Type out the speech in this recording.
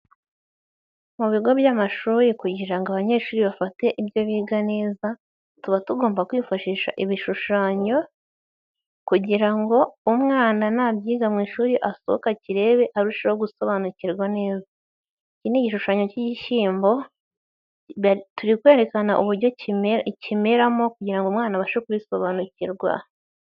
Mu bigo by'amashuri kugira ngo abanyeshuri bafate ibyo biga neza, tuba tugomba kwifashisha ibishushanyo, kugira ngo umwana nabyiga mu ishuri asohoka akirebe arusheho gusobanukirwa neza iki ni igishushanyo cy'igishyimbo, turi kwerekana uburyo ikimeramo kugira ngo umwana abashe kubisobanukirwa.